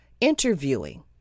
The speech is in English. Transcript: interviewing